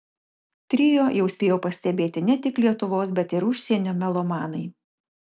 trio jau spėjo pastebėti ne tik lietuvos bet ir užsienio melomanai